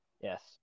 Yes